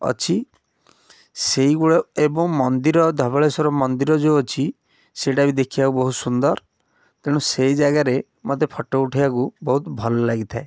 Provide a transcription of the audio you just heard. ଅଛି ସେଇଗୁଡ଼ା ଏବଂ ମନ୍ଦିର ଧବଳେଶ୍ୱର ମନ୍ଦିର ଯେଉଁ ଅଛି ସେଇଟା ବି ଦେଖିବାକୁ ବହୁତ ସୁନ୍ଦର ତେଣୁ ସେଇ ଜାଗାରେ ମୋତେ ଫଟୋ ଉଠାଇବାକୁ ବହୁତ ଭଲ ଲାଗିଥାଏ